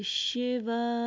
Shiva